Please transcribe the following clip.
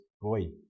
boy